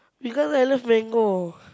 because I love mango